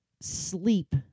sleep